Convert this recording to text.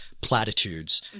platitudes